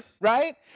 right